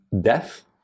death